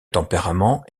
tempérament